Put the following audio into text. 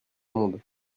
monde